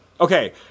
Okay